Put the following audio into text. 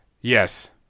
Yes